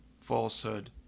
Falsehood